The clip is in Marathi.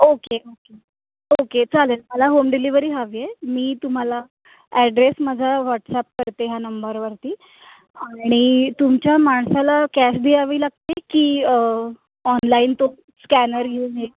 ओके ओके ओके चालेल मला होम डिलेवरी हवी आहे मी तुम्हाला ॲड्रेस माझा व्हॉट्सअप करते ह्या नंबरवरती आणि तुमच्या माणसाला कॅश द्यावी लागते की ऑनलाईन तो स्कॅनर घेऊन येईल